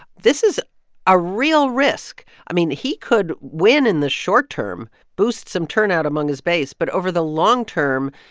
this is a real risk. i mean, he could win in the short term, boost some turnout among his base. but over the long term,